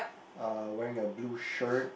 uh wearing a blue shirt